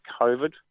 COVID